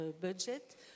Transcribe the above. budget